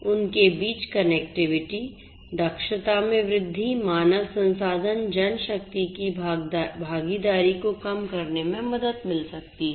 उनके बीच कनेक्टिविटी दक्षता में वृद्धि मानव संसाधन जनशक्ति की भागीदारी को कम करने में मदद मिल सकती है